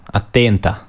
attenta